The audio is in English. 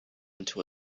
into